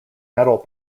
metal